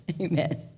Amen